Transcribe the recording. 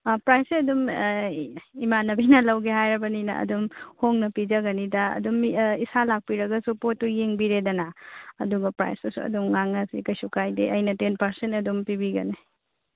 ꯑ ꯄ꯭ꯔꯥꯏꯁꯁꯤ ꯑꯗꯨꯝ ꯏꯃꯥꯟꯅꯕꯤꯅ ꯂꯧꯒꯦ ꯍꯥꯏꯔꯕꯅꯤꯅ ꯑꯗꯨꯝ ꯍꯣꯡꯅ ꯄꯤꯖꯒꯅꯤꯗ ꯑꯗꯨꯝ ꯏꯁꯥ ꯂꯥꯛꯄꯤꯔꯒꯁꯨ ꯄꯣꯠꯇꯣ ꯌꯦꯡꯕꯤꯔꯦꯗꯅ ꯑꯗꯨꯒ ꯄ꯭ꯔꯥꯏꯁꯇꯨꯁꯨ ꯑꯗꯨꯝ ꯉꯥꯡꯅꯁꯤ ꯀꯩꯁꯨ ꯀꯥꯏꯗꯦ ꯑꯩꯅ ꯇꯦꯟ ꯄꯥꯔꯁꯦꯟ ꯑꯗꯨꯝ ꯄꯤꯕꯤꯒꯅꯤ